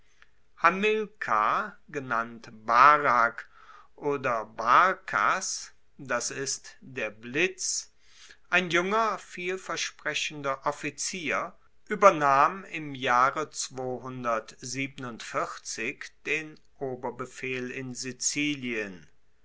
hamilkar genannt barak oder barkas das ist der blitz ein junger vielversprechender offizier uebernahm im jahre den oberbefehl in sizilien